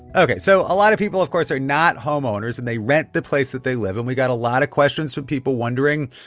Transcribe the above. ok. so a lot of people, of course, are not homeowners and they rent the place that they live. and we got a lot of questions for people wondering,